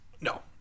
No